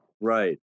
Right